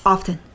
Often